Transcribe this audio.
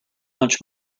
much